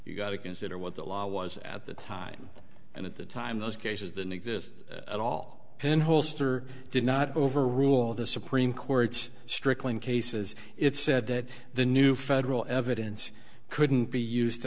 you've got to consider what the law was at the time and at the time those cases than exist at all been holster did not overrule the supreme court's stricklin cases it said that the new federal evidence couldn't be used to